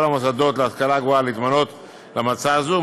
המוסדות להשכלה גבוהה להתמנות למועצה זו,